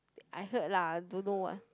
I heard lah dunno ah